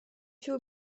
się